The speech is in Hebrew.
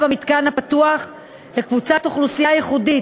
במתקן הפתוח לקבוצת אוכלוסייה ייחודית,